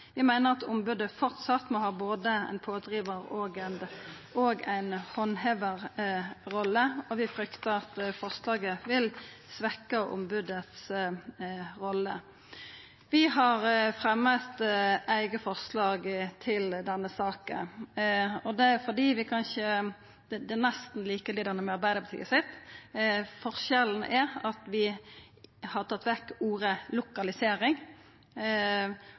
Vi meiner at ombodet framleis må ha både ei pådrivarrolle og ei handhevarrolle, og vi fryktar at forslaget vil svekkja ombodet si rolle. Vi har fremja eit eige forslag til denne saka. Det er nesten likt forslaget frå Arbeidarpartiet. Forskjellen er at vi har tatt vekk